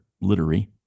literary